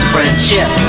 Friendship